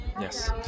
Yes